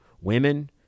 women